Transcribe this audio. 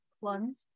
plunge